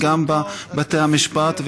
בבתי המשפט,